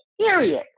Period